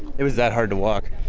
it was that hard to walk?